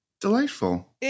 delightful